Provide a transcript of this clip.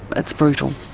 it's brutal,